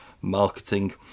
marketing